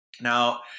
Now